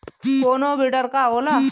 कोनो बिडर का होला?